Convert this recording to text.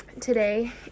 today